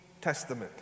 Testament